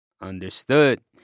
Understood